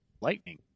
lightning